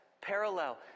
parallel